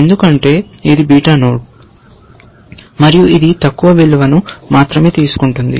ఎందుకంటే ఇది beta node మరియు ఇది తక్కువ విలువలను మాత్రమే తీసుకుంటుంది